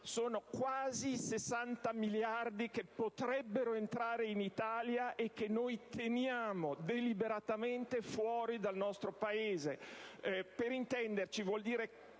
dunque quasi 60 miliardi che potrebbero entrare in Italia e che invece noi teniamo deliberatamente fuori dal nostro Paese. Per intenderci, vuol dire